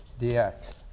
dx